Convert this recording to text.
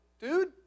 dude